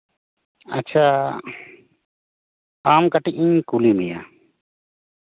ᱟᱪᱪᱷᱟ ᱟᱢ ᱠᱟᱹᱴᱤᱡ ᱤᱧ ᱠᱩᱞᱤ ᱢᱮᱭᱟ